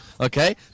okay